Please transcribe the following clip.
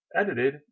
Edited